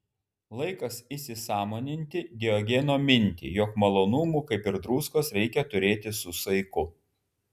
laikas įsisąmoninti diogeno mintį jog malonumų kaip ir druskos reikia turėti su saiku